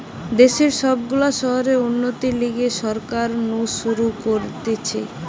দেশের সব গুলা শহরের উন্নতির লিগে সরকার নু শুরু করতিছে